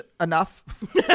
enough